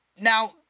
Now